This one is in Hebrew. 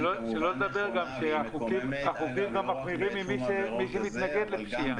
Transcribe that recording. שלא לדבר שהחוקים גם מחמירים עם מי שמתנגד לפשיעה.